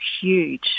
huge